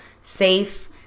safe